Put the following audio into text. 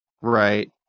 Right